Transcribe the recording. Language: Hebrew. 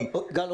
קודם כל,